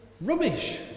rubbish